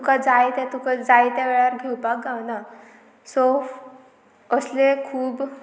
तुका जाय तें तुका जाय त्या वेळार घेवपाक गावना सो असले खूब